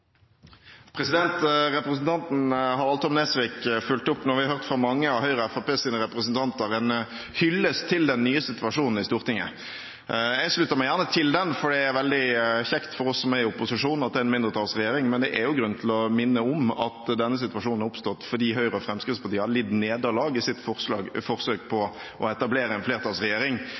Representanten Harald T. Nesvik fulgte opp med det vi nå har hørt fra mange av Høyres og Fremskrittspartiets representanter: en hyllest til den nye situasjonen i Stortinget. Jeg slutter meg gjerne til den, for det er veldig kjekt for oss som er i opposisjon at det er en mindretallsregjering. Men det er grunn til å minne om at denne situasjonen har oppstått fordi Høyre og Fremskrittspartiet har lidd nederlag i sitt forsøk på å etablere en flertallsregjering.